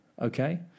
okay